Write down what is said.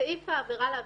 סעיף העבירה, להבנתנו,